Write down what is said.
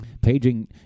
Paging